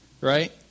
Right